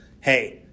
hey